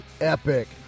epic